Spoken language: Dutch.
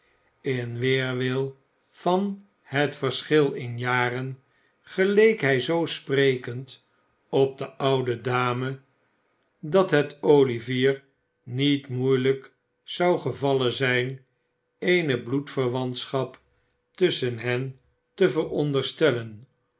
in weerwil van het verschil in jaren geleek hij zoo sprekend op de oude dame dat het olivier niet moeilijk zou gevallen zijn eene bloedverwantschap tusschen hen te veronderstellen